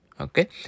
Okay